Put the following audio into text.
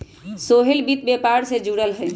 सोहेल वित्त व्यापार से जुरल हए